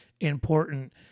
important